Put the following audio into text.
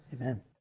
Amen